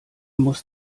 muss